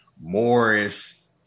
Morris